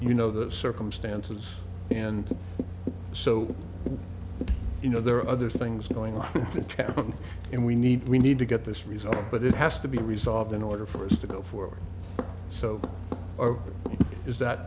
you know the circumstances and so you know there are other things going on to tell and we need we need to get this resolved but it has to be resolved in order for us to go forward so that is that